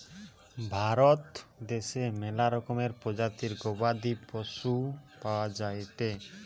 ভারত দ্যাশে ম্যালা রকমের প্রজাতির গবাদি পশু পাওয়া যায়টে